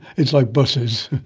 it's like buses,